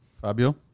Fabio